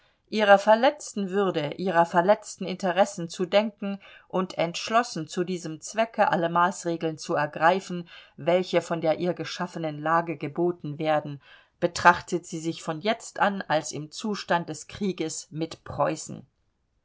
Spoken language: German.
ihrer verletzten würde ihrer verletzten interessen zu denken und entschlossen zu diesem zwecke alle maßregeln zu ergreifen welche von der ihr geschaffenen lage geboten werden betrachtet sie sich von jetzt an als im zustand des krieges mit preußen